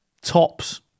tops